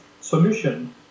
solution